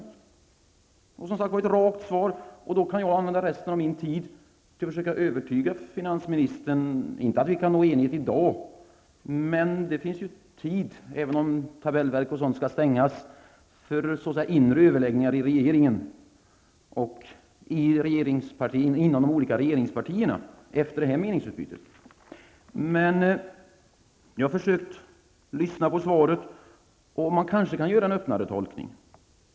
Det är som sagt ett rakt svar, och då kan jag använda resten av min tid till att försöka övertyga finansministern, inte för att nå enighet i dag, men efter det här meningsutbytet finns det ju tid -- även om tabellverk och sådant skall stängas -- för inre överläggningar i regeringen och inom de olika regeringspartierna. Det är möjligt att man kan göra en öppnare tolkning av svaret.